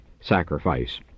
sacrifice